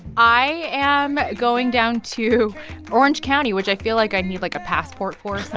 i am going down to orange county, which i feel like i need, like, a passport for